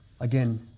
Again